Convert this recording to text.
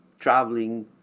traveling